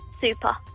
super